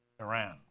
Iran